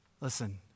Listen